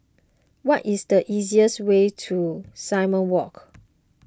what is the easiest way to Simon Walk